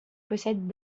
possèdent